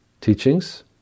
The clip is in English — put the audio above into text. teachings